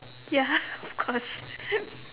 ya of course